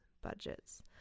budgets